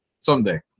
someday